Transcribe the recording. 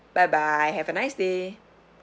bye bye have a nice day